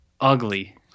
ugly